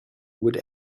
would